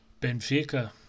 Benfica